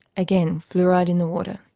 again fluoride in the water,